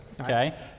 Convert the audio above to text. Okay